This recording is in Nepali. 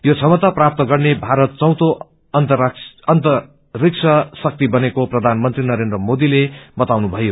यो क्षमता प्राप्त गर्ने भारत चौयो अनरिक्ष शक्ति बनेको प्रधानमंत्री नरेन्द्र मोदीले बताउनुथयो